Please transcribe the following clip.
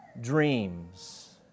dreams